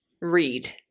Read